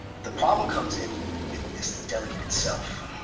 the problem comes in with this delegate itself.